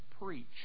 preach